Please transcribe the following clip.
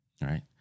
right